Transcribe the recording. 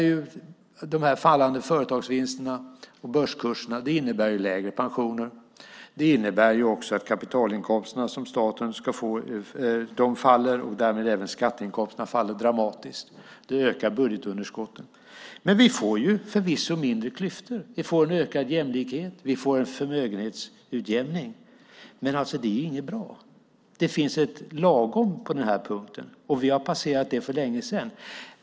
Ja, de fallande företagsvinsterna och börskurserna innebär lägre pensioner. Det innebär också att de kapitalinkomster som staten ska få faller, och därmed faller även skatteinkomsterna dramatiskt. Det ökar budgetunderskotten. Men vi får förvisso mindre klyftor. Vi får en ökad jämlikhet. Vi får en förmögenhetsutjämning. Men det är inte bra. Det finns ett lagom på denna punkt, och vi har passerat det för länge sedan.